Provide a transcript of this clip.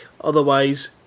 Otherwise